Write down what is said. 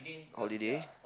holiday